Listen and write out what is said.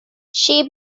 she